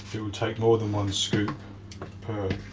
it will take more than one scoop per